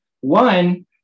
one